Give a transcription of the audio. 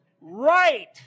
right